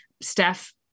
Steph